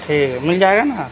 ٹھیک ہے مل جائے گا نا